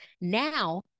now